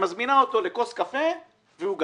היא מזמינה אותו לכוס קפה ועוגה.